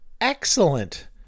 excellent